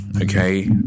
Okay